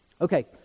Okay